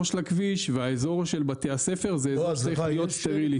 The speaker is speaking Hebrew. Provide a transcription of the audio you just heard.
של הכביש והאזור של בתי הספר זה אזור שצריך להיות סטרילי.